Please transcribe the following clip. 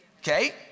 Okay